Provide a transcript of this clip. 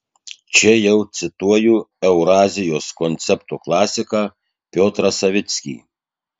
čia jau cituoju eurazijos koncepto klasiką piotrą savickį